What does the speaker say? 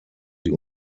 sie